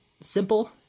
simple